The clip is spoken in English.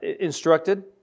instructed